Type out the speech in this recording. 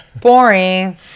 Boring